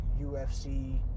UFC